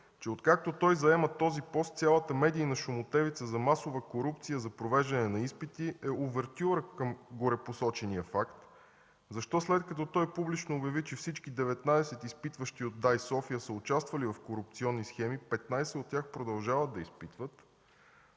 че откакто той заема този пост, цялата медийна шумотевица за масова корупция за провеждане на изпити е увертюра към горепосочения факт? Защо след като той публично обяви, че всички 19 изпитващи от ДАИ – София са участвали в корупционни схеми, 15 от тях продължават да изпитват?